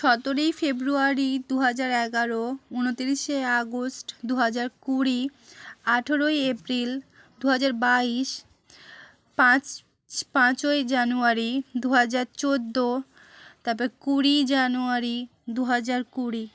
সতেরোই ফেব্রুয়ারি দু হাজার এগারো উনতিরিশে আগস্ট দু হাজার কুড়ি আঠেরোই এপ্রিল দু হাজার বাইশ পাঁচ পাঁচই জানুয়ারি দু হাজার চোদ্দো তারপর কুড়ি জানুয়ারি দু হাজার কুড়ি